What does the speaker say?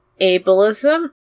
ableism